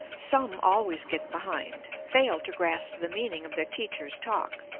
some always get behind, fail to grasp the meaning of their teacher's talk,